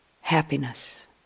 happiness